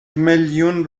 میلیون